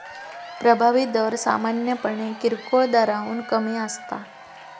प्रभावी दर सामान्यपणे किरकोळ दराहून कमी असता